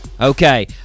okay